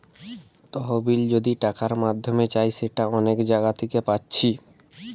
তহবিল যদি টাকার মাধ্যমে চাই সেটা অনেক জাগা থিকে পাচ্ছি